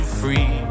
free